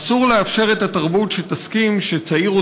אסור לאפשר את התרבות שתסכים שצעיר או